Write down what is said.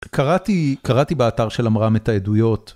קראתי באתר של עמרם את העדויות.